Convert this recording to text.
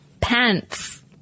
pants